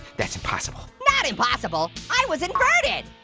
that's impossible. not impossible, i was inverted.